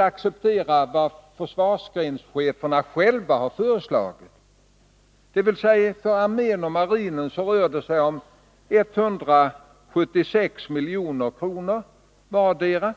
acceptera vad försvarsgrenscheferna själva har föreslagit. För armén och marinen rör det sig om 176 milj.kr. vardera.